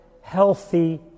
healthy